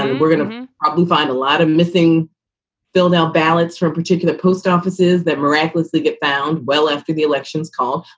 and and we're going to find a lot of missing filled out ballots for a particular post offices that miraculously get found. well, after the elections call,